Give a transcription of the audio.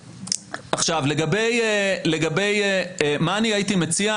עכשיו, לגבי מה אני הייתי מציע.